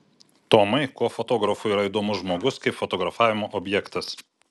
tomai kuo fotografui yra įdomus žmogus kaip fotografavimo objektas